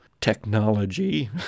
technology